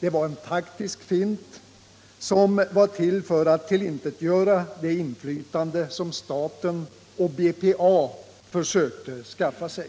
Det var en taktisk fint för att tillintetgöra det inflytande som staten och BPA försökte skaffa sig.